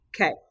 Okay